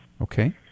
Okay